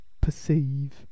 perceive